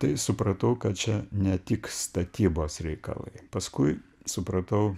tai supratau kad čia ne tik statybos reikalai paskui supratau